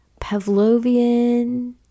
Pavlovian